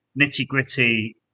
nitty-gritty